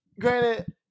granted